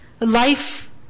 life